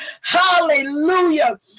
Hallelujah